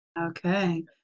Okay